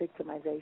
victimization